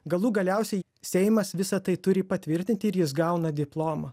galų galiausiai seimas visą tai turi patvirtinti ir jis gauna diplomą